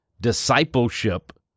discipleship